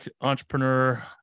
entrepreneur